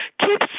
keep